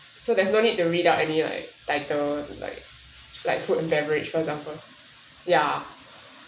so there's no need to read out any like title like like food and beverage for example ya